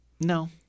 No